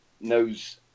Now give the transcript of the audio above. knows